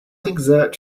exert